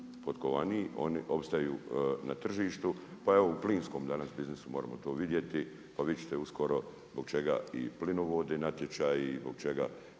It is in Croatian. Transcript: potkovaniji, oni opstaju na tržištu. Pa evo, u plinskom danas biznisu moramo to vidjeti. Pa vidjeti ćete uskoro zbog čega i plinovodi natječaji i zbog čega